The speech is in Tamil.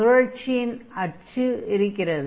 சுழற்சியின் அச்சு இருக்கிறது